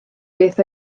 beth